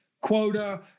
quota